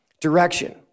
direction